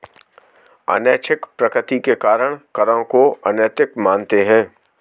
अनैच्छिक प्रकृति के कारण करों को अनैतिक मानते हैं